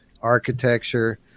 architecture